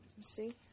see